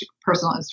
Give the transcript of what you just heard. personal